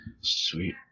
Sweet